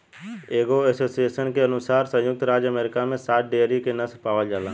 एगो एसोसिएशन के अनुसार संयुक्त राज्य अमेरिका में सात डेयरी के नस्ल पावल जाला